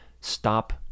stop